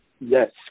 yes